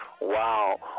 Wow